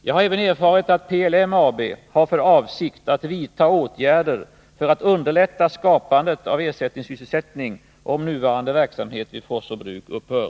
Jag har även erfarit att PLM AB har för avsikt att vidta åtgärder för att underlätta skapandet av ersättningssysselsättning om nuvarande verksamhet vid Forsså Bruk upphör.